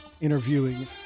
interviewing